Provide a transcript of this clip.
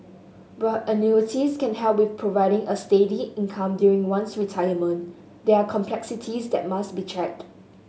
while annuities can help with providing a steady income during one's retirement there are complexities that must be checked